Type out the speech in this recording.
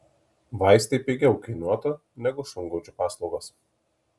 vaistai pigiau kainuotų negu šungaudžių paslaugos